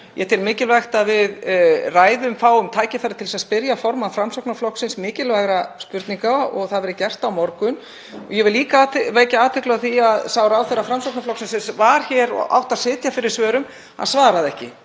Ég tel mikilvægt að við fáum tækifæri til að spyrja formann Framsóknarflokksins mikilvægra spurninga og það verði gert á morgun. Ég vil líka vekja athygli á því að sá ráðherra Framsóknarflokksins sem var hér og átti að sitja fyrir svörum svaraði ekki